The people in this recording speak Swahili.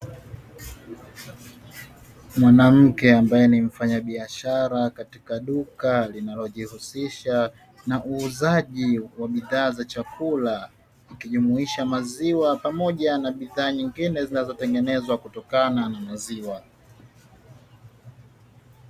Mwanamke ambaye ni mfanyabiashara katika duka, linalojihusisha na uuzaji wa bidhaa za chakula, ukijumuisha maziwa pamoja na bidhaa nyingine zinazotengenezwa kutokana na maziwa.